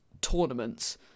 tournaments